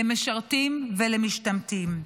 למשרתים ולמשתמטים.